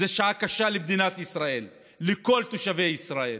זו שעה קשה למדינת ישראל, לכל תושבי ישראל.